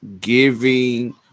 giving